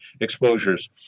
exposures